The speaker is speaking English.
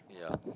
yeah